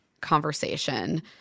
conversation